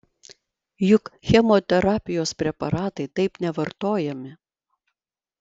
juk chemoterapijos preparatai taip nevartojami